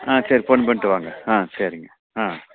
ஆ சரி ஃபோன் பண்ணிவிட்டு வாங்க ஆ சரிங்க ஆ